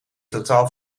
totaal